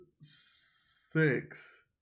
six